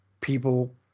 people